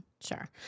Sure